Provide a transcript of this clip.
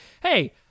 hey